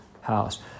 house